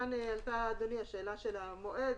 לגבי שאלת המועד,